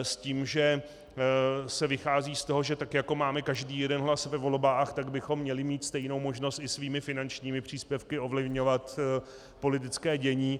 S tím, že se vychází z toho, že tak jako máme každý jeden hlas ve volbách, tak bychom měli mít stejnou možnost i svými finančními příspěvky ovlivňovat politické dění.